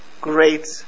great